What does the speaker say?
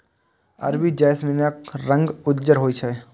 अरबी जैस्मीनक रंग उज्जर होइ छै